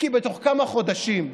כי בתוך כמה חודשים,